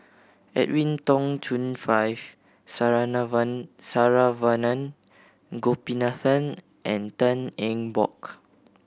Edwin Tong Chun Fai Saravanan Gopinathan and Tan Eng Bock